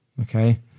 Okay